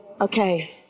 okay